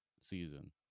season